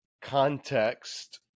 context